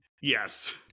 Yes